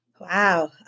Wow